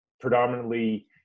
predominantly